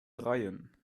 dreien